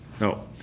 No